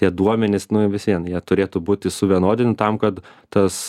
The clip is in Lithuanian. tie duomenys nu vis vien jie turėtų būti suvienodin tam kad tas